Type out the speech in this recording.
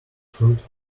fruit